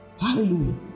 Hallelujah